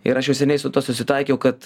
ir aš jau seniai su tuo susitaikiau kad